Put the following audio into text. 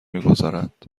میگذارند